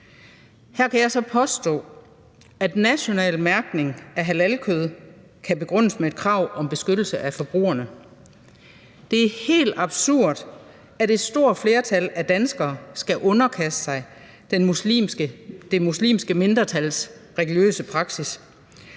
Her kan jeg så påstå, at en national mærkning af halalkød kan begrundes med et krav om beskyttelse af forbrugerne. Det er helt absurd, at et stort flertal af danskere skal underkaste sig det muslimske mindretals religiøse praksis.